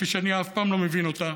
כפי שאני אף פעם לא מבין אותה.